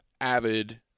avid